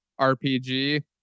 RPG